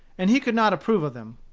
and he could not approve of them.